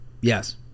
yes